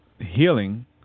healing